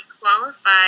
qualify